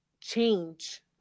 change